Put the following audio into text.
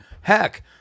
heck